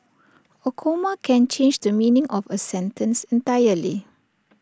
A comma can change the meaning of A sentence entirely